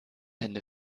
hände